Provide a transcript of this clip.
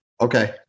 Okay